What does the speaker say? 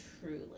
truly